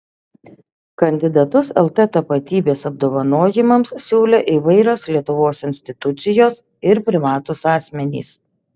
kandidatus lt tapatybės apdovanojimams siūlė įvairios lietuvos institucijos ir privatūs asmenys